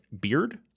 beard